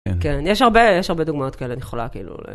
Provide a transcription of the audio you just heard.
כן, יש הרבה... יש הרבה דוגמאות כאלה אני יכולה כאילו...